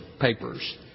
papers